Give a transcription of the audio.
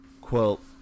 quote